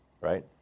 right